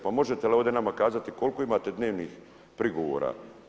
Pa možete li ovdje nama kazati koliko imate dnevnih prigovora?